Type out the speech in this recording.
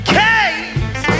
case